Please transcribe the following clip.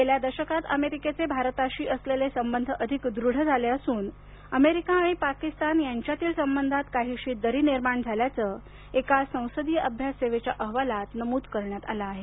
गेल्या दशकात अमेरिकेचे भारताशी असलेले संबंध अधिक दृढ झाले असून अमेरिका आणि पाकिस्तान यांच्यातील संबंधात काहीशी दरी निर्माण झाल्याचं एका संसदीय अभ्याससेवेच्या अहवालात नमूद करण्यात आलं आहे